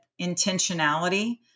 intentionality